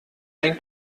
ein